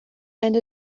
and